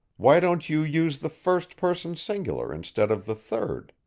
why don't you use the first person singular instead of the third?